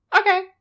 Okay